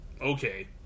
okay